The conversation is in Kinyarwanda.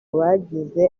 bagize